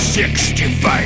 65